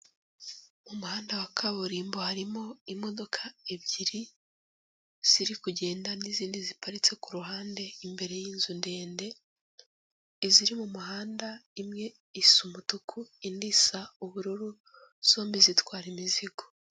Mu muhanda wa kaburimbo harimo imodoka ebyiri, ziri kugenda n'izindi ziparitse ku ruhande. Imbere y'inzu ndende iziri mu muhanda, imwe isa umutuku, indi isa ubururu, zombi zitwara imizigo.